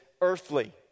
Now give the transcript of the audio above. earthly